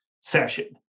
session